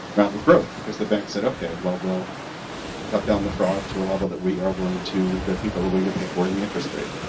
round of growth. because the banks said, ok, well we'll cut down the fraud to a level that we are willing to, that people are willing to pay for in the interest rate.